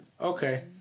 Okay